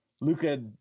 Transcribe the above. Luca